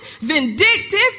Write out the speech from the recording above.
vindictive